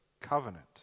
covenant